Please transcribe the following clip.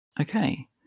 Okay